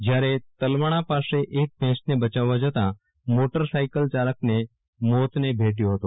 જયારે તલવાણા પાસે એક ભેંસને બયાવવા જતા મોટર સાઈકલ ચાલક મોતને ભેટ્યો હતો